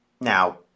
Now